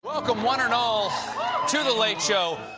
welcome one and all to the late show.